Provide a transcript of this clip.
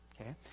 Okay